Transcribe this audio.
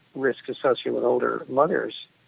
risks associated with older mothers,